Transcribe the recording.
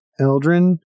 Eldrin